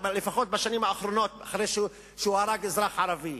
לפחות בשנים האחרונות, אחרי שהוא הרג אזרח ערבי.